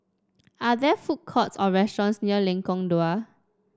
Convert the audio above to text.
are there food courts or restaurants near Lengkok Dua